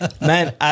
Man